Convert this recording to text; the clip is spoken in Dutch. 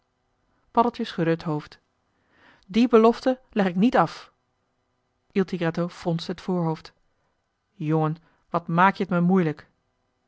paddeltje schudde het hoofd die belofte leg ik niet af il tigretto fronste het voorhoofd jongen wat maak je t me moeilijk